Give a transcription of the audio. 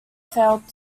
failed